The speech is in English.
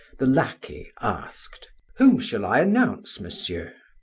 the lackey asked whom shall i announce, monsieur?